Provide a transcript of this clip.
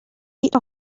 eat